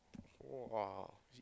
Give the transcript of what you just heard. !wah!